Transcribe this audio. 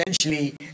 essentially